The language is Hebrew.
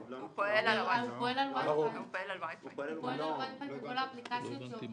הוא פועל על Wi-Fi, ועל כל האפליקציות.